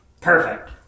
Perfect